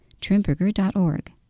Trimberger.org